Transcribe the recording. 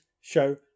show